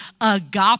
agape